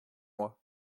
moi